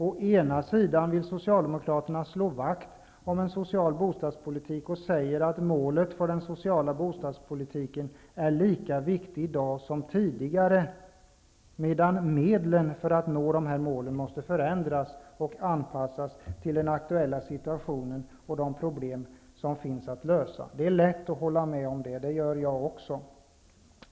Å ena sidan vill Socialdemokraterna slå vakt om en social bostadspolitik, och man säger att målet för den sociala bostadspolitiken är lika viktigt i dag som tidigare, medan medlen för nå att målet måste förändras och anpassas till den aktuella situationen och de problem som finns att lösa. Det är lätt att hålla med om det, det gör jag också.